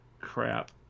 crap